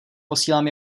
posílám